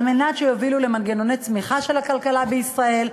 על מנת שהם יובילו למנגנוני צמיחה של הכלכלה בישראל,